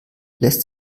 lässt